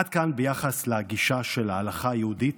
עד כאן ביחס לגישה של ההלכה היהודית.